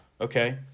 Okay